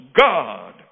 God